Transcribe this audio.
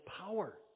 power